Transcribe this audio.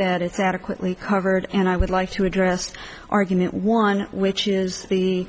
it's adequately covered and i would like to address the argument one which is the